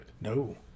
No